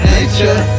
Nature